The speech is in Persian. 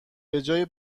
بجای